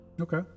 Okay